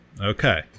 Okay